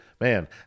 man